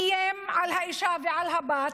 איים על האישה ועל הבת,